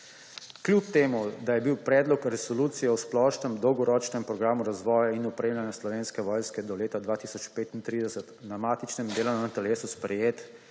Kljub temu da je bil Predlog resolucije o splošnem dolgoročnem programu razvoja in opremljanja Slovenske vojske do leta 2035 na matičnem delovnem telesu sprejet,